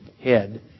head